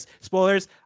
Spoilers